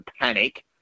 panic